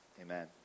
amen